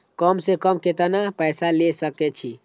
कम से कम केतना पैसा ले सके छी?